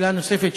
ושאלה נוספת,